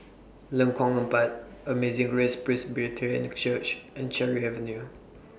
Lengkong Empat Amazing Grace Presbyterian Church and Cherry Avenue